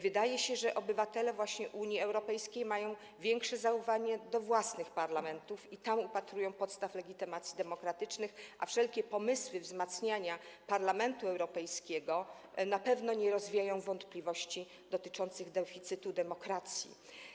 Wydaje się, że obywatele Unii Europejskiej mają większe zaufanie do własnych parlamentów i tam upatrują podstaw legitymacji demokratycznych, a wszelkie pomysły wzmacniania Parlamentu Europejskiego na pewno nie rozwieją wątpliwości dotyczących deficytu demokracji.